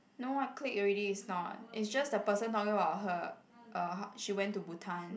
no I click already it's not it's just the person talking about her uh she went to Bhutan